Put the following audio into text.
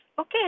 Okay